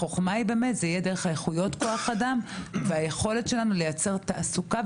החוכמה היא שזה יהיה דרך איכויות כוח האדם והיכולת שלנו לייצר תעסוקה.